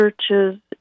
churches